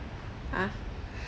ha